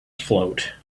float